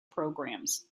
programs